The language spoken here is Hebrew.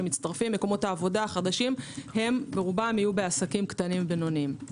מקומות העבודה החדשים ברובם יהיו בעסקים קטנים ובינוניים.